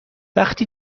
وقتی